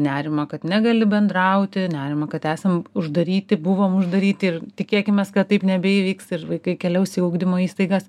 nerimą kad negali bendrauti nerimą kad esam uždaryti buvom uždaryti ir tikėkimės kad taip nebeįvyks ir vaikai keliaus į ugdymo įstaigas